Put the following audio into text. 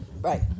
right